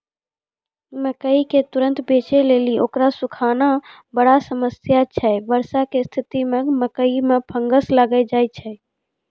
मकई के तुरन्त बेचे लेली उकरा सुखाना बड़ा समस्या छैय वर्षा के स्तिथि मे मकई मे फंगस लागि जाय छैय?